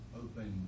open